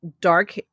dark